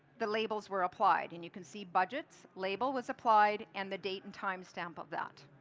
the labels were applied and you can see budgets, label was applied, and the date and time stamp of that.